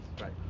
Right